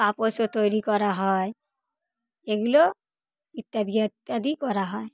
পাপোসও তৈরি করা হয় এগুলো ইত্যাদি ইত্যাদি করা হয়